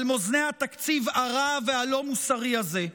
על מאזני התקציב הרע והלא-מוסרי הזה?